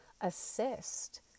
assist